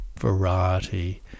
variety